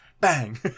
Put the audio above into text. bang